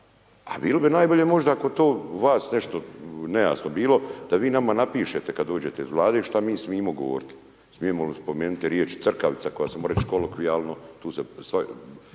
A bilo bi najbolje možda ako to vas nešto nejasno bilo, da vi nama napišete kad dođete iz Vlade, što mi smijemo govoriti, smijemo li spomenuti riječ crkavica koja se .../Govornik